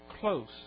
close